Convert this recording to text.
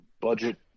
budget